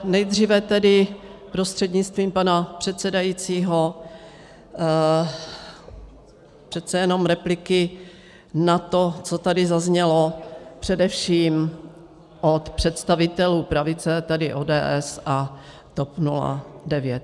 Nejdříve tedy prostřednictvím pana předsedajícího přece jenom repliky na to, co tady zaznělo především od představitelů pravice, tedy ODS a TOP 09.